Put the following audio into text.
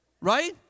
Right